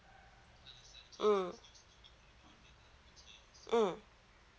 mm mm